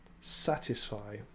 satisfy